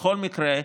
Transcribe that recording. בכל מקרה,